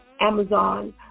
Amazon